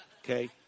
Okay